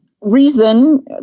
reason